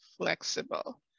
flexible